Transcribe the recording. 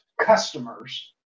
customers